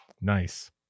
nice